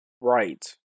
right